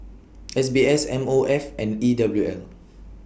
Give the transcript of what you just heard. S B S M O F and E W M